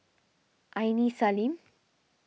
Aini Salim